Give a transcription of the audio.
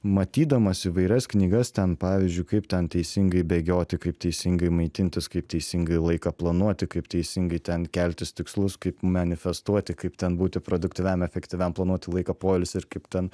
matydamas įvairias knygas ten pavyzdžiui kaip ten teisingai bėgioti kaip teisingai maitintis kaip teisingai laiką planuoti kaip teisingai ten keltis tikslus kaip manifestuoti kaip ten būti produktyviam efektyviam planuoti laiką poilsį ir kaip ten